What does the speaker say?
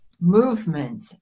movement